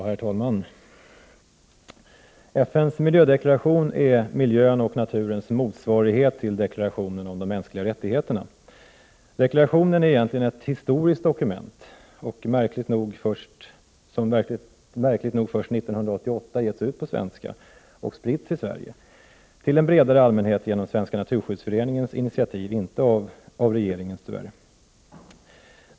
Herr talman! FN:s miljödeklaration är miljöns och naturens motsvarighet till deklarationen om de mänskliga rättigheterna. Deklarationen är egentligen ett historiskt dokument, som märkligt nog först 1988 getts ut på svenska och spritts i Sverige till en bredare allmänhet genom Svenska naturskyddsföreningens initiativ — tyvärr inte på regeringens initiativ.